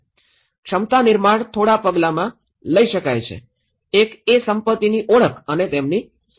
ક્ષમતા નિર્માણ થોડા પગલામાં લઈ શકાય છે એક એ સંપત્તિની ઓળખ અને તેમની સ્થિતિ